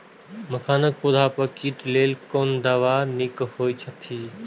मखानक पौधा पर कीटक लेल कोन दवा निक होयत अछि?